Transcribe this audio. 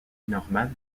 normales